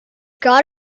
got